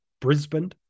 Brisbane